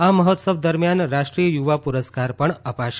આ મહોત્સવ દરમિયાન રાષ્ટ્રીય યુવા પુરસ્કાર પણ અપાશે